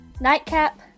nightcap